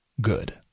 good